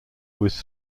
was